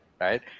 right